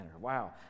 Wow